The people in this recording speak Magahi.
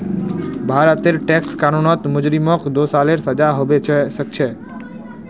भारतेर टैक्स कानूनत मुजरिमक दी सालेर सजा हबा सखछे